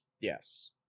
Yes